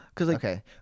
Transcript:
Okay